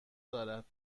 دارد